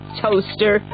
toaster